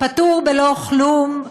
פטור בלא כלום,